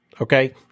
Okay